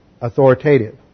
authoritative